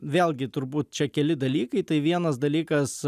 vėlgi turbūt čia keli dalykai tai vienas dalykas